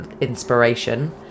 inspiration